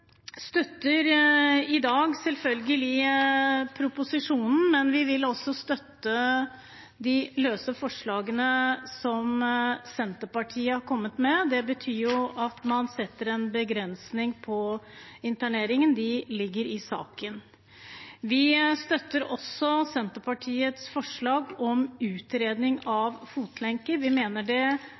støtter i dag selvfølgelig proposisjonen, men vi vil også støtte forslagene som Senterpartiet har kommet med. Det betyr at man setter en begrensning på interneringen. De forslagene ligger i saken. Vi støtter også Senterpartiets forslag om å utrede bruk av fotlenke. Vi mener det